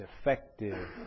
effective